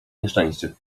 nieszczęście